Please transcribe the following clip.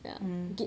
mm